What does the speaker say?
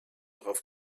darauf